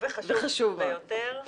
חשוב ביותר.